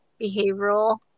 behavioral